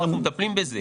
אנחנו מטפלים בזה.